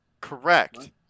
Correct